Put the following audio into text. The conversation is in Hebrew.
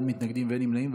אין מתנגדים ואין נמנעים.